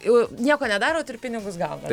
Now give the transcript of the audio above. jau nieko nedarot ir pinigus gaunat